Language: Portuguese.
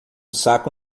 saco